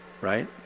right